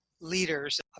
leaders